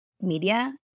media